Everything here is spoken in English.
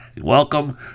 Welcome